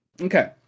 Okay